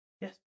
Yes